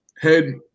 head